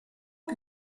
que